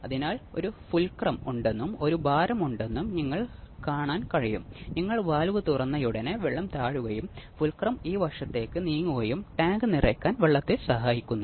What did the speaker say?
അതിനാൽ ഒരു പ്രത്യേക ആവൃത്തിക്കായി ആർസിയുടെ ഓരോ വിഭാഗവും അറുപതു ഡിഗ്രി ഫേസ് മാറ്റം സൃഷ്ടിക്കുന്നു